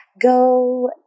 Go